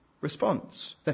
response